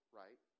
right